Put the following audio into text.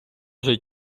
вже